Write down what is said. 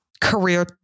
career